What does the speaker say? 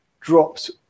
drops